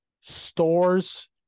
stores